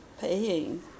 paying